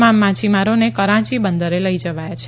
તમામ માછીમારોને કરાંચી બંદરે લઈ જવાયા છે